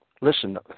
listen